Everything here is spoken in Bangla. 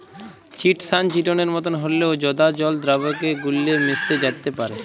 চিটসান চিটনের মতন হঁল্যেও জঁদা জল দ্রাবকে গুল্যে মেশ্যে যাত্যে পারে